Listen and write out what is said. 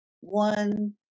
one